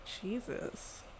Jesus